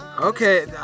Okay